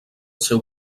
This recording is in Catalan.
seu